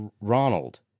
Ronald